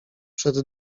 przed